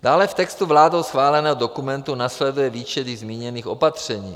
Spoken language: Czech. Dále v textu vládou schváleného dokumentu následuje výčet již zmíněných opatření.